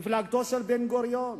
מפלגתו של בן-גוריון.